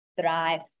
thrive